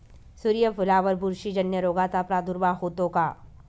सूर्यफुलावर बुरशीजन्य रोगाचा प्रादुर्भाव होतो का?